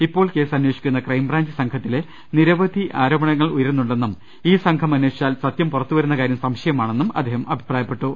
ഇപ്പോൾ കേസ് അന്വേഷിക്കുന്ന ക്രൈബ്രാഞ്ച് സംഘത്തിനെതിരെ നിരവധി ആരോപണങ്ങൾ ഉയരു ന്നുണ്ടെന്നും ഈ സംഘം അന്വേഷിച്ചാൽ സത്യം പുറത്തുവരുന്ന കാര്യം സംശയമാണെന്നും അദ്ദേഹം അഭിപ്രായപ്പെട്ടു